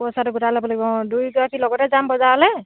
পইচাটো গোটাই ল'ব লাগিব দুইগৰাকী লগতে যাম বজাৰলে